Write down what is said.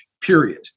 Period